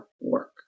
work